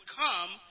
come